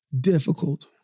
difficult